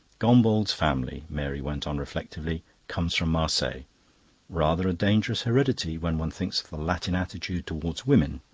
gombauld's family, mary went on reflectively, comes from marseilles. rather a dangerous heredity, when one thinks of the latin attitude towards women.